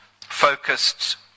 focused